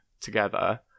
together